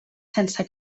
sense